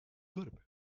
dorp